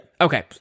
Okay